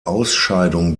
ausscheidung